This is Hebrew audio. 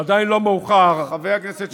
עדיין לא מאוחר, חבר הכנסת שמולי.